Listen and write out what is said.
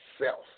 self